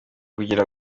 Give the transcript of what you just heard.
kugira